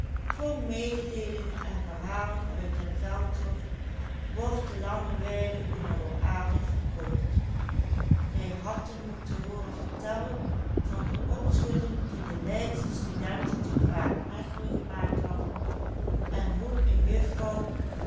gij hadt hem moeten hooren vertellen van de opschudding die de leidsche studenten te quaadmechelen gemaakt hadden en hoe een juffrouw